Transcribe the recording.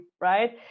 right